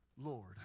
Lord